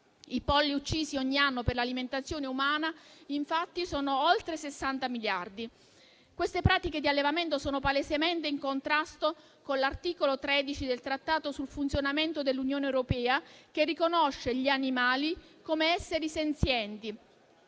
I polli uccisi ogni anno per l'alimentazione umana, infatti, sono oltre 60 miliardi. Queste pratiche di allevamento sono palesemente in contrasto con l'articolo 13 del Trattato sul funzionamento dell'Unione europea, che riconosce gli animali come esseri senzienti,